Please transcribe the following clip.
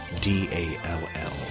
D-A-L-L